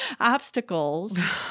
obstacles